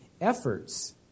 efforts